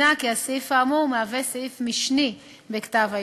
לא צריכה לכתוב.